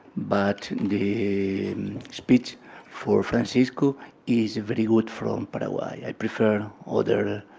but the speech for fran cisco is very good from paraguay. i prefer other.